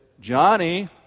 Johnny